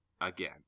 again